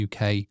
UK